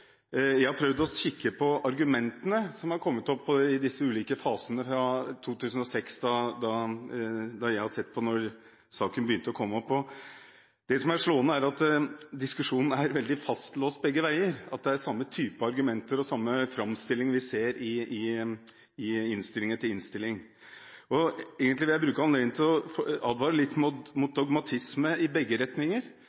Jeg har prøvd å kikke på argumentene som har kommet opp i disse ulike fasene, fra 2006, da – etter hva jeg har sett – saken begynte å komme opp. Det som er slående, er at diskusjonen er veldig fastlåst begge veier. Det er samme type argumenter og samme framstilling vi ser i innstilling etter innstilling. Jeg vil bruke anledningen til å advare litt mot